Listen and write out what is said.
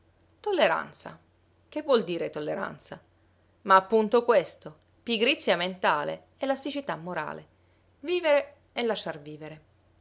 tolleranza che vuol dire tolleranza ma appunto questo pigrizia mentale elasticità morale vivere e lasciar vivere